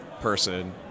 person